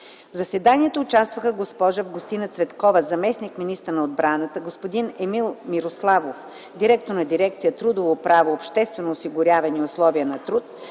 В заседанието участваха госпожа Августина Цветкова – заместник-министър на отбраната, господин Емил Мирославов –директор на Дирекция „Трудово право, обществено осигуряване и условия на труд”